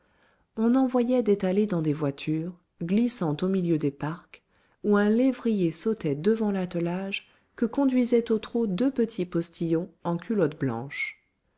on en voyait d'étalées dans des voitures glissant au milieu des parcs où un lévrier sautait devant l'attelage que conduisaient au trot deux petits postillons en culotte blanche